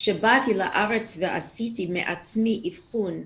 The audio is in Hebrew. כשבאתי לארץ ועשיתי בעצמי אבחון,